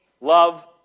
love